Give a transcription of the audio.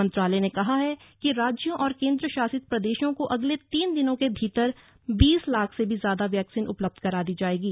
मंत्रालय ने कहा है कि राज्यों और केन्द्रशासित प्रदेशों को अगले तीन दिनों के भीतर बीस लाख से भी ज्यादा वैक्सीन उपलब्ध करा दी जाएंगी